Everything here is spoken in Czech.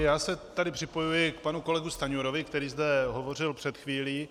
Já se tedy připojuji k panu kolegu Stanjurovi, který zde hovořil před chvílí.